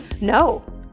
No